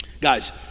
Guys